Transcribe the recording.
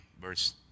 verse